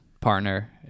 partner